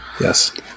yes